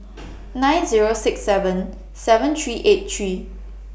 nine Zero six seven seven three eight three